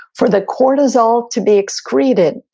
for the cortisol to be excreted.